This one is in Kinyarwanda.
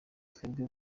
twebwe